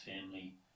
family